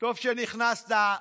טוב שנכנסת,